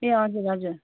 ए हजुर हजुर